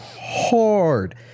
hard